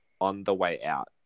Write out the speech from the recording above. on-the-way-out